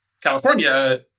California